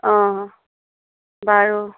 অ বাৰু